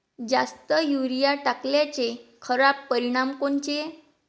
जास्त युरीया टाकल्याचे खराब परिनाम कोनचे?